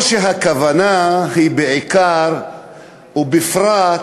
או שהכוונה היא בעיקר ובפרט